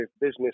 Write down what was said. business